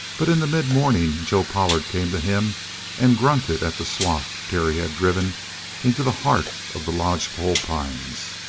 but in the midmorning joe pollard came to him and grunted at the swath terry had driven into the heart of the lodgepole pines.